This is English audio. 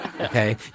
okay